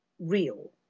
real